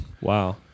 Wow